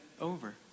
over